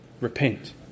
Repent